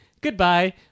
Goodbye